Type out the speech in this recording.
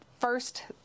First